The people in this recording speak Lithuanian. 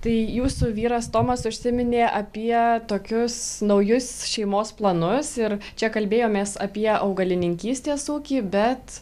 tai jūsų vyras tomas užsiminė apie tokius naujus šeimos planus ir čia kalbėjomės apie augalininkystės ūkį bet